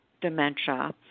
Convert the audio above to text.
dementia